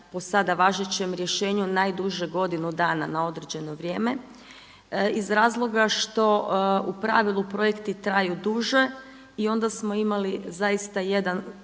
po sada važećem rješenju najduže godinu dana na određeno vrijeme iz razloga što u pravilu projekti traju duže. I onda smo imali zaista jedan